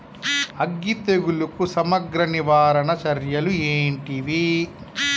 అగ్గి తెగులుకు సమగ్ర నివారణ చర్యలు ఏంటివి?